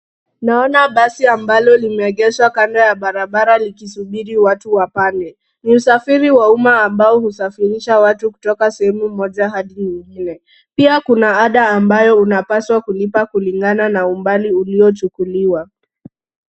Naona basi ambalo limeegeshwa kando ya barabara likisubiri watu wapande. Ni usafiri wa umma ambao husafirisha watu kutoka sehemu moja hadi nyingine. Pia kuna ada ambayo unapaswa kulipa kulingana na umbali uliochukuliwa.